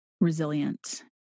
resilient